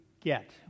get